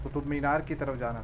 قطب مینار کی طرف جانا تھا